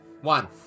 One